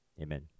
Amen